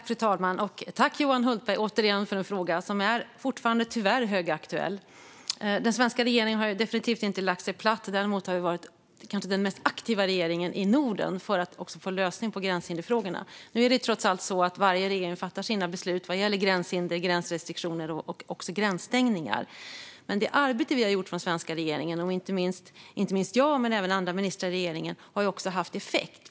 Fru talman! Tack återigen, Johan Hultberg, för en fråga som fortfarande tyvärr är högaktuell! Den svenska regeringen har definitivt inte lagt sig platt utan har tvärtom varit den kanske mest aktiva regeringen i Norden när det gäller att få en lösning på gränshinderfrågorna. Det är trots allt så att varje regering fattar sina beslut vad gäller gränshinder, gränsrestriktioner och gränsstängningar. Men det arbete vi har gjort från den svenska regeringens sida, inte minst jag men även andra ministrar i regeringen, har haft effekt.